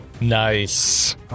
Nice